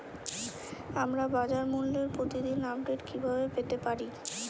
আমরা বাজারমূল্যের প্রতিদিন আপডেট কিভাবে পেতে পারি?